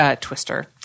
Twister